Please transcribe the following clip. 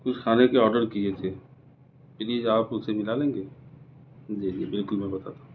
کچھ کھانے کے آرڈر کئے تھے پلیز آپ اسے ملا لیں گے جی جی بالکل میں بتاتا ہوں